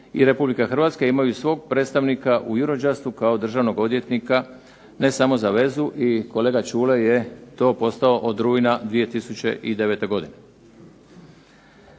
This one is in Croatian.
i Republika Hrvatska imaju svog predstavnika u …/Ne razumije se./… kao državnog odvjetnika ne samo za vezu i kolega Ćule je to postao od rujna 2009. godine.